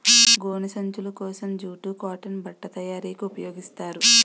గోను సంచులు కోసం జూటు కాటన్ బట్ట తయారీకి ఉపయోగిస్తారు